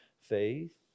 faith